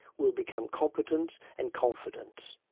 will become competent and confident,